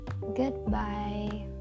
goodbye